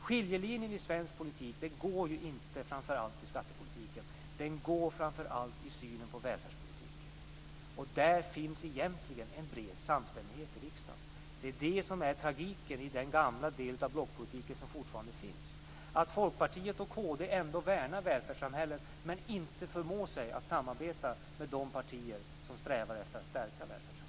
Skiljelinjen i svensk politik går ju inte framför allt i skattepolitiken utan i synen på välfärdspolitiken. Där finns egentligen en bred samstämmighet i riksdagen. Tragiken i den gamla del av blockpolitiken som fortfarande finns kvar är att Folkpartiet och kd värnar välfärdssamhället men inte kan förmå sig att samarbeta med de partier som strävar efter att stärka välfärdssamhället.